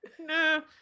No